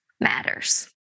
matters